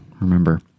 remember